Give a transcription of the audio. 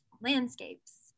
landscapes